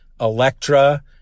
Electra